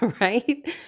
right